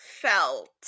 felt